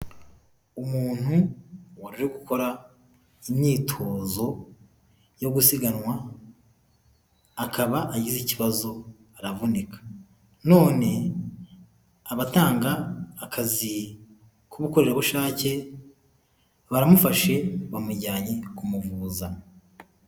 Umuntu waje gukora imyitozo yo gusiganwa akaba agize ikibazo aravunika none abatanga akazi k'ubukorerabushake baramufashe bamujyanye kumuvuza.